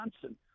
Johnson